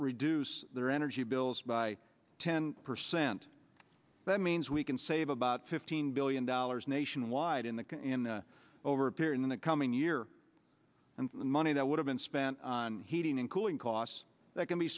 reduce their energy bills by ten percent that means we can save about fifteen billion dollars nationwide in the over appear in the coming year and the money that would have been spent on heating and cooling costs that can be